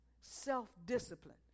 self-discipline